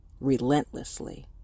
relentlessly